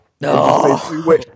No